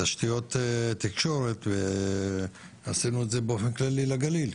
תשתיות תקשורת ועשינו את זה באופן כללי לגליל,